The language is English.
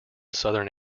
southern